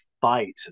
fight